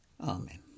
Amen